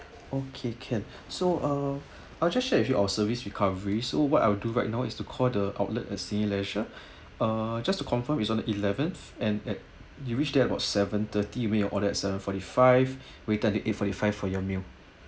okay can so uh I'll just share with you our service recovery so what I would do right is to call the outlet at Cineleisure uh just to confirm it is on the eleventh and at you reached there about seven-thirty I meant your ordered at seven forty-five waited until eight forty-five for your meal